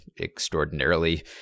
extraordinarily